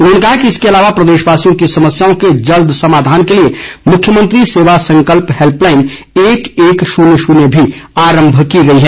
उन्होंने कहा कि इसके अलावा प्रदेशवासियों की समस्याओं को जल्द समाधान के लिए मुख्यमंत्री सेवा संकल्प हैल्पलाईन एक एक शून्य शून्य भी आरम्भ की गई है